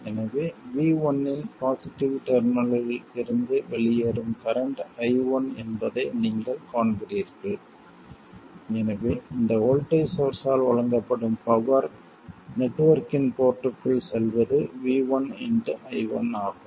எனவே v1 இன் positive டெர்மினலில் இருந்து வெளியேறும் கரண்ட் i1 என்பதை நீங்கள் காண்கிறீர்கள் எனவே இந்த வோல்ட்டேஜ் சோர்ஸ் ஆல் வழங்கப்படும் பவர் நெட்வொர்க்கின் போர்ட்டுக்குள் செல்வது v1 i1 ஆகும்